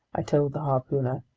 i told the harpooner.